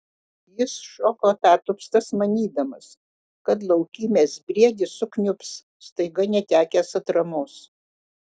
jis šoko atatupstas manydamas kad laukymės briedis sukniubs staiga netekęs atramos